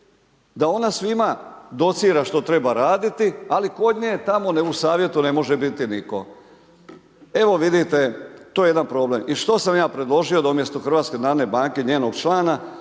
da ona svima docira što treba raditi, ali kod nje tamo u Savjetu ne može biti nitko. Evo vidite, to je jedan problem. I što sam ja predložio, da umjesto HNB-a, njenog člana,